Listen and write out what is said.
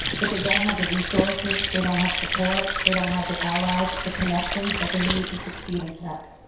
but they don't have the resources, they don't have support, they don't have the allies, the connections that they need to succeed in tech.